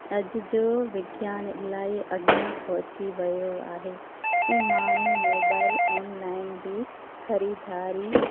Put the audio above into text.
अॼु जो विज्ञान इलाही अॻियां पहुची वियो आहे ऐं माण्हू मोबाइल ऑनलाइन बि ख़रीदारी